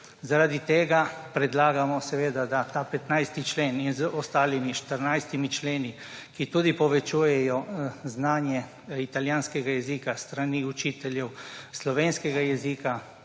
Zaradi tega predlagamo, da ta 15. člen z ostalimi 14 členi, ki tudi povečujejo znanje italijanskega jezika s strani učiteljev slovenskega jezika